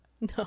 no